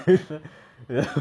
ya